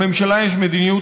לממשלה יש מדיניות,